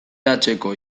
hatxeko